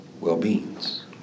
well-beings